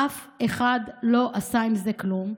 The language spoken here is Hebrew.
אף אחד לא עשה עם זה כלום,